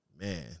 Man